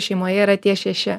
šeimoje yra tie šeši